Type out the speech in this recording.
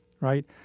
right